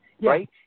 right